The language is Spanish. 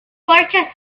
corcho